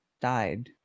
died